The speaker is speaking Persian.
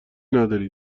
نداری